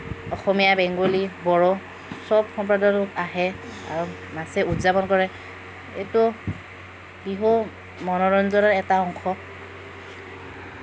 অসমীয়া Bengali Bodo সব সম্প্ৰদায়ৰ লোক আহে আৰু নাচে উদযাপন কৰে এইটো বিহু মনোৰঞ্জনৰ এটা অংশ